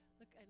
Look